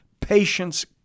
patience